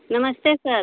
नमस्ते सर